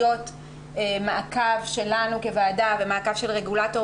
להיות מעקב שלנו כוועדה ומעקב של רגולטור,